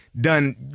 Done